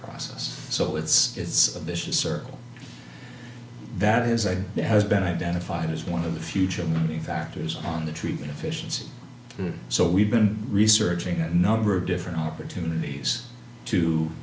process so it's it's a vicious circle that is i'd say has been identified as one of the future of the factors on the treatment efficiency so we've been researching a number of different opportunities to